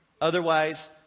Otherwise